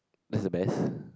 is a best